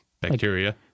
Bacteria